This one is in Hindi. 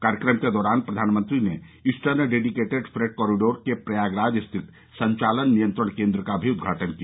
कार्यक्रम के दौरान प्रधानमंत्री ने ईस्टर्न डेडिकेटेड फ्रेट कॉरिडोर के प्रयागराज स्थित संचालन नियंत्रण केन्द्र का भी उदघाटन किया